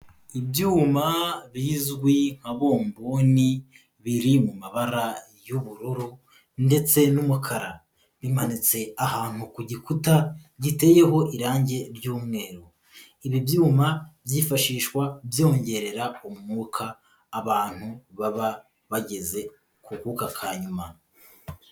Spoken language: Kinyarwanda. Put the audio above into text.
Ibyuma bizwi nka bomboni, biri mu mabara y'ubururu, ndetse n'umukara, bimanitse ahantu ku gikuta giteyeho irangi ry'umweru, ibi byuma byifashishwa byongerera umwuka abantu baba bageze ku kuka kanyuma.